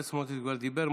בצלאל סמוטריץ' כבר דיבר,